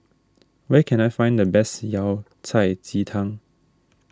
where can I find the best Yao Cai Ji Tang